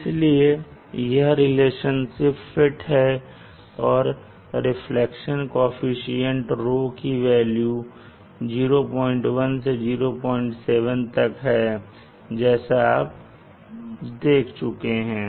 इसलिए यह relationship fit हैं और रिफ्लेक्शन ऑफिशिएंट ρ की वेल्यू 01 से 07 तक है जैसा आप देख चुके हैं